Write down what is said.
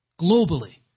globally